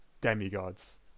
demigods